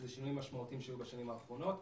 זה שינוי משמעותי שהיה בשנים האחרונות.